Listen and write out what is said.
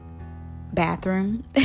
bathroom